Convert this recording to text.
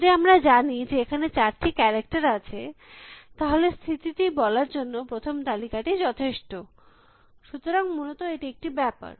যদি আমরা জানি যে এখানে চারটি ক্যারেক্টার আছে তাহলে স্থিতিটি বলার জন্য প্রথম তালিকাটি যথেষ্ট সুতরাং মূলত এটি একটি ব্যাপার